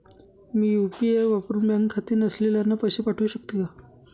मी UPI वापरुन bank खाते नसलेल्यांना पैसे पाठवू शकते का?